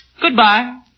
Goodbye